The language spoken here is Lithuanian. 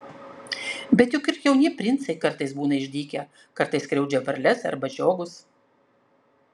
bet juk ir jauni princai kartais būna išdykę kartais skriaudžia varles arba žiogus